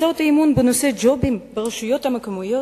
הצעת האי-אמון בנושא ג'ובים ברשויות המקומיות